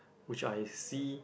which I see